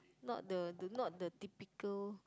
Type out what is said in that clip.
not the the not the typical